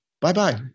Bye-bye